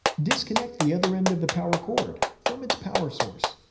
disconnect the other end of the power cord from its power source.